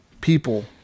people